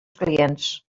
clients